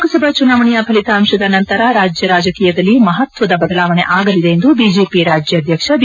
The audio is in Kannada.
ಲೋಕಸಭಾ ಚುನಾವಣೆಯ ಫಲಿತಾಂಶದ ನಂತರ ರಾಜ್ಯ ರಾಜಕೀಯದಲ್ಲಿ ಮಹತ್ವದ ಬದಲಾವಣೆ ಆಗಲಿದೆ ಎಂದು ಬಿಜೆಪಿ ರಾಜ್ಯಾಧ್ಯಕ್ಷ ಬಿ